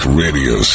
radio